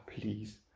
please